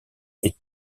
est